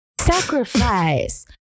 Sacrifice